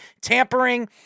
tampering